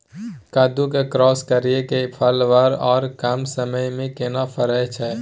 कद्दू के क्रॉस करिये के फल बर आर कम समय में केना फरय छै?